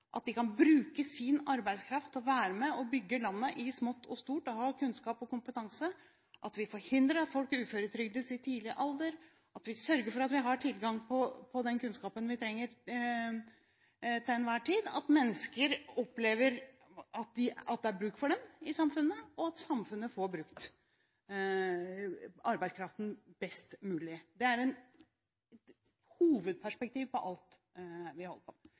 kan bruke sin arbeidskraft til å være med og bygge landet i smått og stort. Da må vi ha kunnskap og kompetanse, vi må forhindre at folk blir uføretrygdet i tidlig alder, og vi må sørge for at vi har tilgang på den kunnskapen vi trenger til enhver tid. Det er viktig at mennesker opplever at det er bruk for dem i samfunnet, og at samfunnet får brukt arbeidskraften best mulig. Det er et hovedperspektiv på alt vi holder på